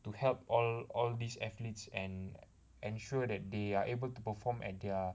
to help all all these athletes and ensure that they are able to perform at their